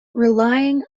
relying